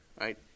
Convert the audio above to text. Right